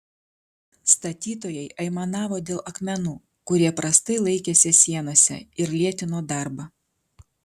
statytojai aimanavo dėl akmenų kurie prastai laikėsi sienose ir lėtino darbą